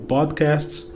Podcasts